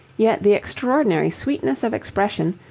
yet the extraordinary sweetness of expression,